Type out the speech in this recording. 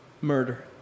murder